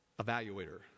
evaluator